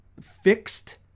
fixed